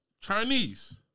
Chinese